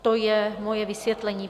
To je moje vysvětlení.